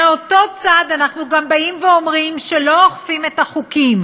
מאותו צד אנחנו גם באים ואומרים שלא אוכפים את החוקים.